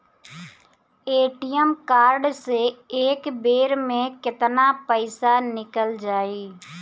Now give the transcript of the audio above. ATM card से एक बेर मे केतना पईसा निकल जाई?